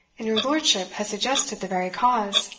and your lordship has suggested the very cause.